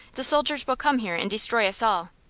the soldiers will come here and destroy us all.